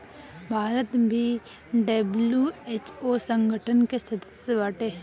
भारत भी डब्ल्यू.एच.ओ संगठन के सदस्य बाटे